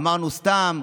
אמרנו סתם.